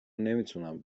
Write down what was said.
نمیتونم